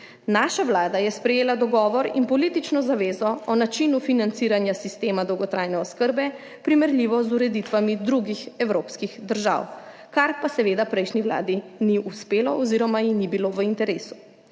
Naša Vlada je sprejela dogovor in politično zavezo o načinu financiranja sistema dolgotrajne oskrbe primerljivo z ureditvami drugih evropskih držav, kar pa seveda prejšnji Vladi ni uspelo oziroma ji ni bilo v interesu.